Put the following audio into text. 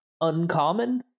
uncommon